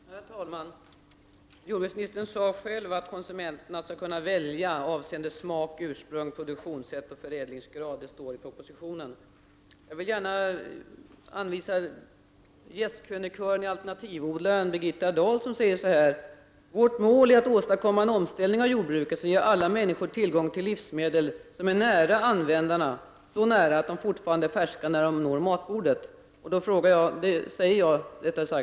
Herr talman! Jordbruksministern sade själv att konsumenterna skall kunna välja avseende smak, ursprung, produktionssätt och förädlingsgrad, och det står också i propositionen. Låt mig hänvisa till gästkrönikören i tidskriften Alternativodlaren, Birgitta Dahl, som skriver så här: ”Vårt mål är att åstadkomma en omställning av jordbruket som ger alla människor tillgång till livsmedel som är ——— så nära användarna att de fortfarande är färska när de når matbordet.” Jag vill påstå att så är fallet med Dörrödsmjölken.